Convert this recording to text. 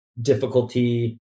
difficulty